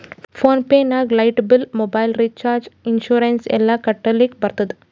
phone pay ನಾಗ್ light bill, mobile recharge, insurance ಎಲ್ಲಾ ಕಟ್ಟಲಕ್ ಬರ್ತುದ್